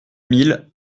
mille